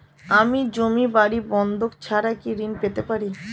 আমি জমি বাড়ি বন্ধক ছাড়া কি ঋণ পেতে পারি?